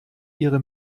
ihre